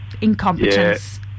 incompetence